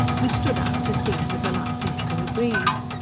and stood out to sea with a light easterly breeze.